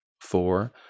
four